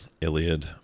Iliad